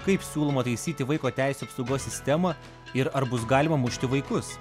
kaip siūloma taisyti vaiko teisių apsaugos sistemą ir ar bus galima mušti vaikus